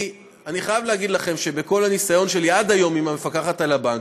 אני חייב להגיד לכם שבכל הניסיון שלי עד היום עם המפקחת על הבנקים,